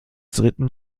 dritten